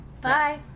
Bye